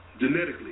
genetically